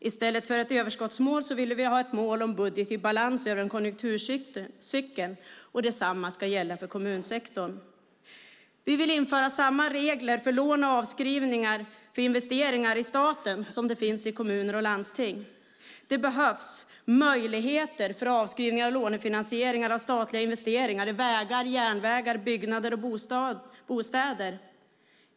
I stället för ett överskottsmål vill vi ha ett mål om budget i balans över en konjunkturcykel, och detsamma ska gälla för kommunsektorn. Vi vill införa samma regler för lån och avskrivningar för investeringar i staten som de som finns i kommuner och landsting. Det behövs möjligheter till avskrivningar och lånefinansieringar av statliga investeringar i vägar, järnvägar, byggnader och bostäder.